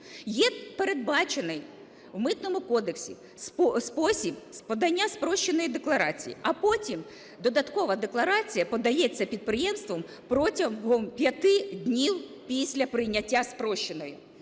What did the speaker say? Є передбачений в Митному кодексі спосіб подання спрощеної декларації, а потім додаткова декларація подається підприємством протягом п'яти днів після прийняття спрощеної.